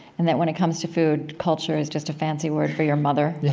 and that when it comes to food, culture is just a fancy word for your mother. yeah,